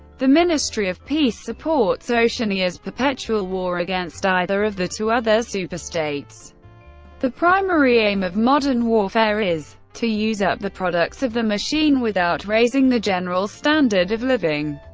the ministry of peace supports oceania's perpetual war against either of the two other superstates the primary aim of modern warfare is to use up the products of the machine without raising the general standard of living.